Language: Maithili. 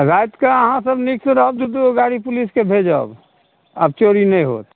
रातिके अहाँ सब नीक से रहब दु दु गो गाड़ी पुलिसके भेजब आब चोरी नहि होएत